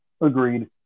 Agreed